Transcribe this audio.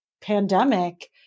pandemic